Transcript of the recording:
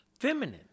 feminine